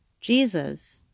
Jesus